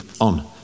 on